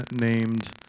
named